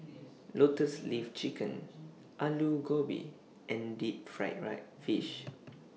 Lotus Leaf Chicken Aloo Gobi and Deep Fried Fish